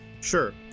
sure